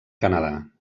canadà